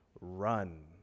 run